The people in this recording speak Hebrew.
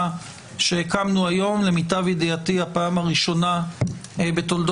שהקמנו היום למיטב ידיעתי הפעם הראשונה בתולדות